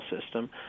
system